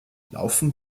laufen